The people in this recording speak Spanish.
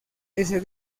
ese